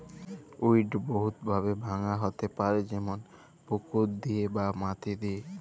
weed বহুত ভাবে ভাঙা হ্যতে পারে যেমল পুকুর দিয়ে বা মাটি দিয়ে